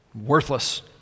worthless